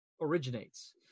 originates